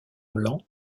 blanc